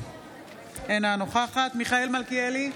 אינה נוכחת מיכאל מלכיאלי,